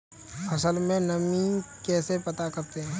फसल में नमी कैसे पता करते हैं?